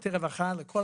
שירותי רווחה לכל